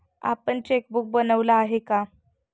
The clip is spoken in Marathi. आपण चेकबुक बनवलं आहे का?